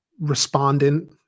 respondent